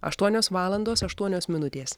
aštuonios valandos aštuonios minutės